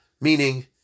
meaning